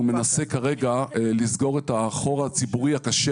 הוא מנסה כרגע לסגור את החור הציבורי הקשה